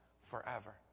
forever